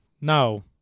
no